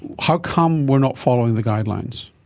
how come we're not following the guidelines?